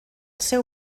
seu